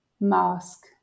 mask